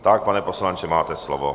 Tak, pane poslanče, máte slovo.